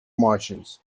martians